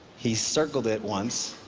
he circled it once.